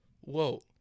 Whoa